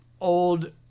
old